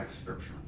scripture